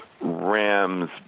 Rams